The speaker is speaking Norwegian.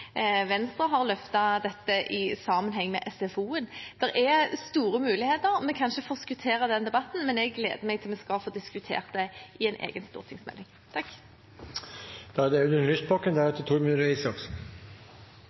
Venstre har løftet dette i sammenheng med SFO-en. Det er store muligheter. Vi kan ikke forskuttere den debatten, men jeg gleder meg til å få diskutert det i en egen stortingsmelding. Først vil jeg takke Kristelig Folkeparti for å ha fremmet forslag om et viktig tema. For SV er